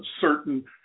certain